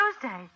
Tuesday